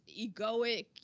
egoic